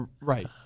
Right